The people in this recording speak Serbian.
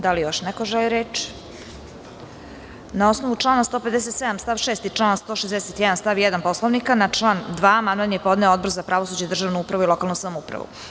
Da li još neko želi reč? (Ne.) Na osnovu člana 157. stav 6. i člana 161. stav 1. Poslovnika, na član 2. amandman je podneo Odbor za pravosuđe, državnu upravu i lokalnu samoupravu.